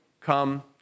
come